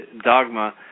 dogma